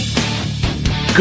Good